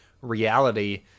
reality